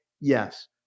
Yes